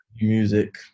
Music